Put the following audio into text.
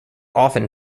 often